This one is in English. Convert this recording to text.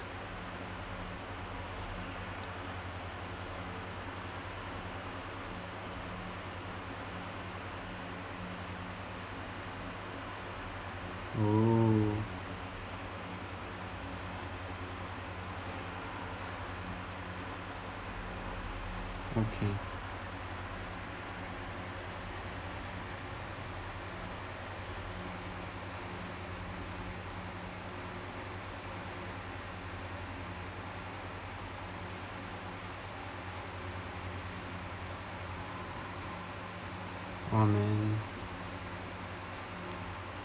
oh okay oh man